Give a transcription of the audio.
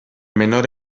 menor